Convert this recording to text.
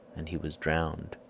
and he was drowned.